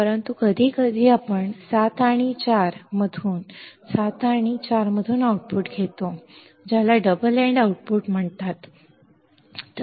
परंतु कधीकधी आपण 7 आणि 4 मधून 7 आणि 4 मधून आउटपुट घेतो ज्याला डबल एन्ड आउटपुट म्हणतात ज्याला डबल एन्ड आउटपुट म्हणतात